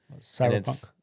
Cyberpunk